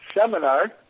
seminar